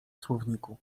słowniku